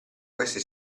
questi